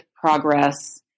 progress